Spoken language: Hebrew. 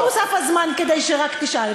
הוא לא הוסיף לי את הזמן כדי שרק תשאל.